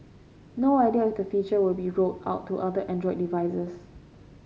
no idea if the feature will be rolled out to other Android devices